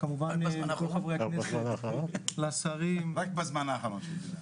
לחברי הכנסת ולשרים -- רק בזמן האחרון.